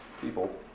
people